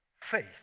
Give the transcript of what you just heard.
faith